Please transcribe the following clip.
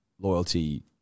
Loyalty